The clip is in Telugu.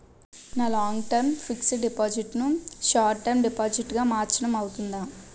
నా లాంగ్ టర్మ్ ఫిక్సడ్ డిపాజిట్ ను షార్ట్ టర్మ్ డిపాజిట్ గా మార్చటం అవ్తుందా?